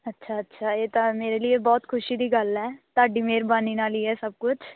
ਅੱਛਾ ਅੱਛਾ ਇਹ ਤਾਂ ਮੇਰੇ ਲਈ ਇਹ ਬਹੁਤ ਖੁਸ਼ੀ ਦੀ ਗੱਲ ਹੈ ਤੁਹਾਡੀ ਮਿਹਰਬਾਨੀ ਨਾਲ ਹੀ ਹੈ ਸਭ ਕੁਛ